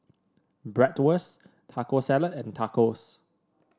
Bratwurst Taco Salad and Tacos